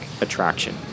attraction